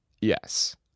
Yes